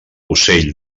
ocell